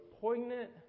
poignant